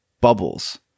bubbles